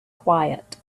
quiet